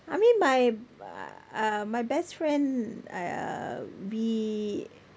I mean my uh my best friend uh we